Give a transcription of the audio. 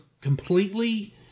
completely